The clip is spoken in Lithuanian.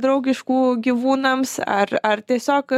draugiškų gyvūnams ar ar tiesiog